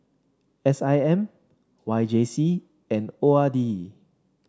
S I M Y J C and O R D